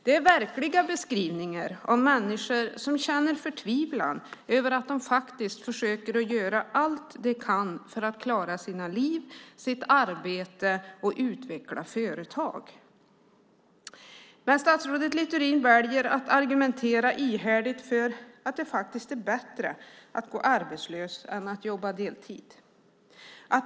Det är verkliga beskrivningar av människor som känner förtvivlan över att de faktiskt försöker göra allt de kan för att klara sina liv, sitt arbete och utveckla företag. Statsrådet Littorin väljer att argumentera ihärdigt för att det faktiskt är bättre att gå arbetslös än att jobba deltid.